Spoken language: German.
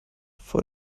vor